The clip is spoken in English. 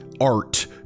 art